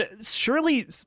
Surely